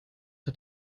hat